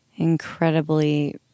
Incredibly